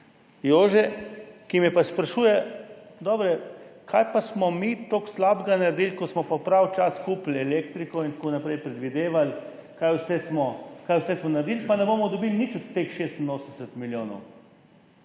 Jože, ki me pa sprašuje: »Dobro, kaj pa smo mi toliko slabega naredili, ko smo pa pravi čas kupili elektriko, predvidevali, kaj vse smo naredili, pa ne bomo dobili nič od teh 86 milijonov?«